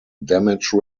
damage